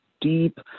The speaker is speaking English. deep